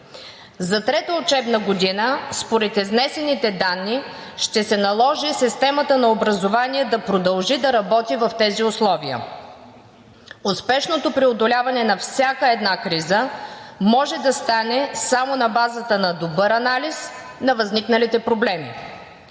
За трета учебна година според изнесените данни ще се наложи системата на образование да продължи да работи в тези условия. Успешното преодоляване на всяка една криза може да стане само на базата на добър анализ на възникналите проблеми.